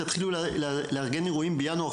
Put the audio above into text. תתחילו לארגן אירועים בינואר,